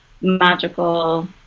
magical